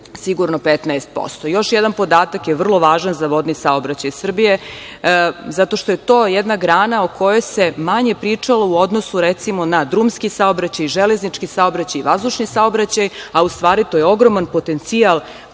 sigurno 15%.Još jedan podatak je vrlo važan za vodni saobraćaj Srbije, zato što je to jedna grana o kojoj se manje pričalo u odnosu, recimo, na drumski saobraćaj, železnički saobraćaj i vazdušni saobraćaj, a u stvari, to je ogroman potencijal